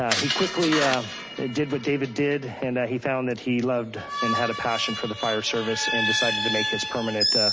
ah he quickly yeah did what david did and that he found that he loved and had a passion for the fire service and decided to make his permanent